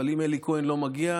אבל אם אלי כהן לא מגיע,